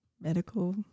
medical